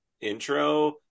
intro